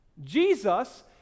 Jesus